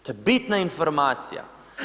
To je bitna informacija.